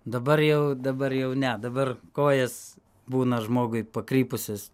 dabar jau dabar jau ne dabar kojas būna žmogui pakrypusias